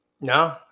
No